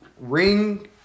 Ring